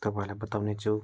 तपाईँहरूलाई बताउने छु